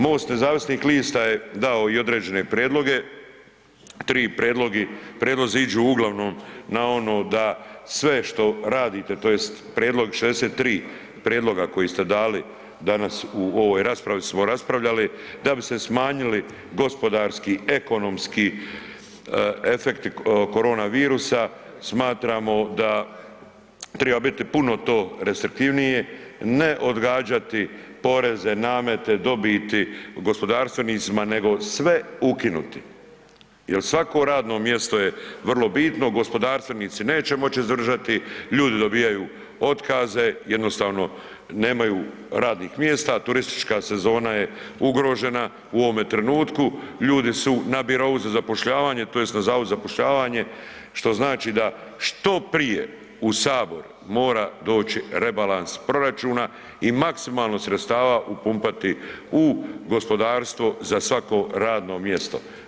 MOST nezavisnih lista je dao i određene prijedloge, ti prijedlozi idu uglavnom na ono da sve što radite tj. prijedlog, 63 prijedloga koje ste dali danas u ovoj raspravi smo raspravljali, da bi se smanjili gospodarski, ekonomski efekti korona virusa, smatramo da treba biti puno to restriktivnije, ne odgađati poreze, namete, dobiti gospodarstvenicima nego sve ukinuti jer svako radno mjesto je vrlo bitno, gospodarstvenici neće moći izdržati, ljudi dobivaju otkaze, jednostavno nemaju radnih mjesta, turistička sezona je ugrožena u ovome trenutku, ljudi su na birou za zapošljavanje, tj. na Zavodu za zapošljavanje što znači da što prije u Sabor mora doći rebalans proračun i maksimalno sredstava upumpati u gospodarstvo za svako radno mjesto.